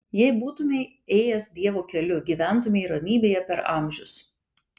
jei būtumei ėjęs dievo keliu gyventumei ramybėje per amžius